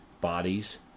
bodies